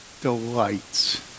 delights